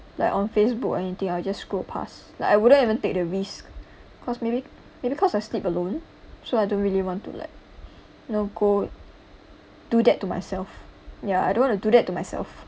like on Facebook or anything I just scroll pass like I wouldn't even take the risk because maybe because I sleep alone so I don't really want to like you know go do that to myself ya I don't want to do that to myself